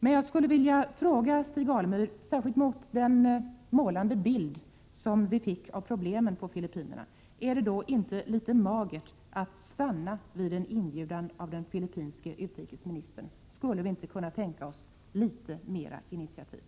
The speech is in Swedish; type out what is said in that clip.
Men jag skulle vilja fråga Stig Alemyr, särskilt mot bakgrund av den målande bild som vi fick av problemen i Filippinerna: Är det inte litet magert att stanna vid en inbjudan av den filippinske utrikesministern? Skulle vi inte kunna tänka oss litet mera av initiativ?